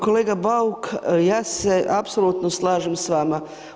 Kolega Bauk, ja se apsolutno slažem s vama.